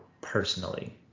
personally